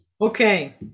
Okay